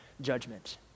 judgment